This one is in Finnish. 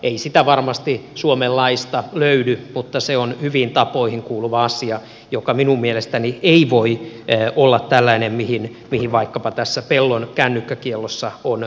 ei sitä varmasti suomen laista löydy mutta se on hyviin tapoihin kuuluva asia joka minun mielestäni ei voi olla tällainen mihin vaikkapa tässä pellon kännykkäkiellossa on viitattu